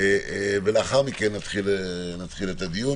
ולאחר מכן נתחיל את הדיון.